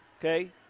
okay